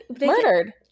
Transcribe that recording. murdered